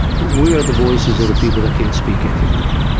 we are the voices of the people that can't speak any more,